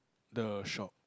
the shop